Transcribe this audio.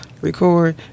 record